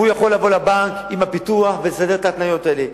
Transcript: הוא יכול לבוא לבנק עם הפיתוח ולסדר את ההתניות האלה.